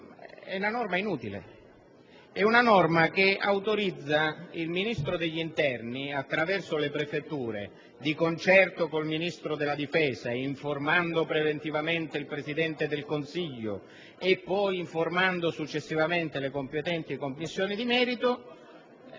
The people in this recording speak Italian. di una norma inutile che autorizza il Ministro dell'interno, attraverso le prefetture, di concerto con il Ministro della difesa, informando preventivamente il Presidente del Consiglio e successivamente le competenti Commissioni parlamentari,